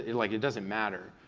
it like it doesn't matter.